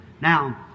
Now